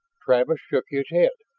travis shook his head.